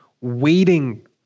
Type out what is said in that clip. waiting